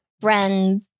brand